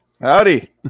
Howdy